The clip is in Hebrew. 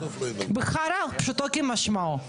בחרא פשוטו כמשמעו.